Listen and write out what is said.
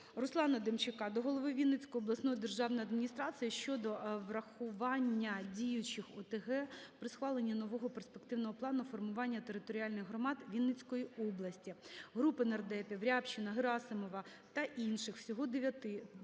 Руслана Демчака до голови Вінницької обласної державної адміністрації щодо врахування діючих ОТГ при схваленні нового Перспективного плану формування територіальних громад Вінницької області. Групи нардепів (Рябчина, Герасимова та інших – всього 9)